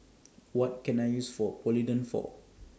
What Can I use For Polident For